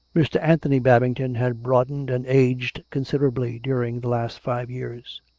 mr. anthony babington had broadened and aged con siderably during the last five years.